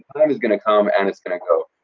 time is gonna come, and it's gonna go.